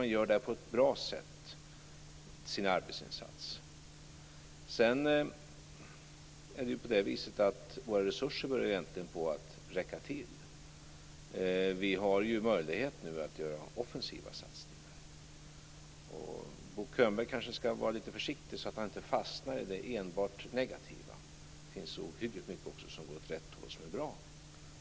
Jag tycker att man gör sin arbetsinsats på ett bra sätt. Våra resurser börjar äntligen räcka till. Vi har nu möjlighet att göra offensiva satsningar. Bo Könberg ska kanske vara lite försiktig så att han inte fastnar enbart i det negativa. Det finns ohyggligt mycket som går åt rätt håll och som är bra.